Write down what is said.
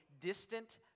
distant